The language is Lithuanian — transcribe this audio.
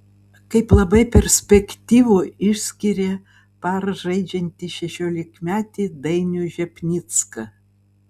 kaip labai perspektyvų išskyrė par žaidžiantį šešiolikmetį dainių žepnicką